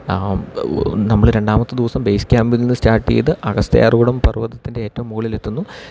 നമ്മള് രണ്ടാമത്തെ ദിവസം ബേസ് ക്യാമ്പിൽ നിന്ന് സ്റ്റാർട്ട് ചെയ്ത് അഗസ്ത്യാർകൂടം പർവതത്തിൻ്റെ ഏറ്റവും മുകളിൽ എത്തുന്നു